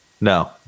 no